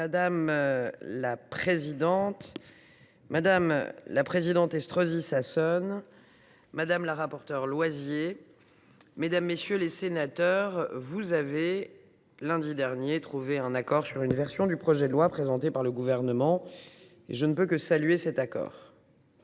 Madame la présidente, madame la présidente de la commission, madame la rapporteure, mesdames, messieurs les sénateurs, vous avez, lundi dernier, trouvé un accord sur une version du projet de loi présenté par le Gouvernement : je ne peux que le saluer.